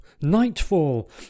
Nightfall